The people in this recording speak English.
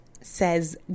says